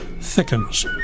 thickens